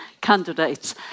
candidates